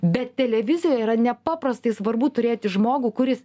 bet televizijoj yra nepaprastai svarbu turėti žmogų kuris